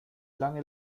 lange